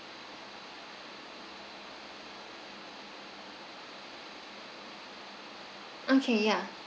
okay ya